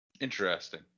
Interesting